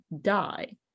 die